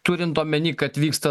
turint omeny kad vyksta